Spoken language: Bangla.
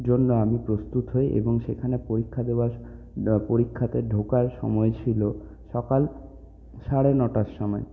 জন্য আমি প্রস্তুত হয়ে এবং সেখানে পরীক্ষা দেওয়ার বা পরীক্ষাতে ঢোকার সময় ছিল সকাল সাড়ে নটার সময়